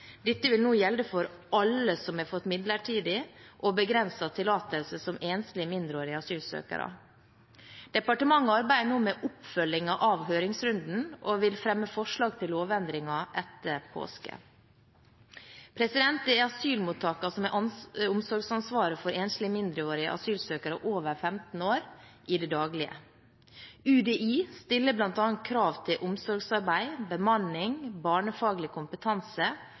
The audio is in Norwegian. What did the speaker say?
Dette vil nå gjelde for alle som har fått midlertidig og begrenset tillatelse som enslige mindreårige asylsøkere. Departementet arbeider nå med oppfølgingen av høringsrunden og vil fremme forslag til lovendringer etter påske. Det er asylmottakene som har omsorgsansvaret for enslige mindreårige asylsøkere over 15 år i det daglige. UDI stiller bl.a. krav til omsorgsarbeid, bemanning og barnefaglig kompetanse